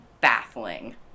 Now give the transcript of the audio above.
baffling